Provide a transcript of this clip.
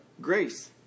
grace